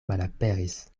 malaperis